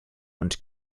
und